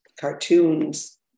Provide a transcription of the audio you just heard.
cartoons